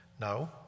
No